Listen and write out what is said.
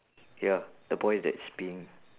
ya a boy that's peeing